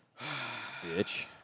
Bitch